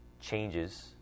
changes